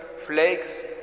Flakes